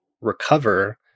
recover